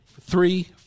three